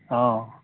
অঁ